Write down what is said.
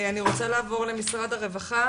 אני רוצה לעבור למשרד הרווחה,